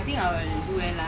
shiok only